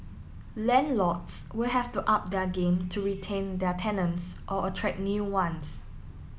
landlords will have to up their game to retain their tenants or attract new ones